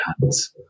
hands